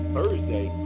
Thursday